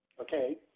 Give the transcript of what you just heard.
Okay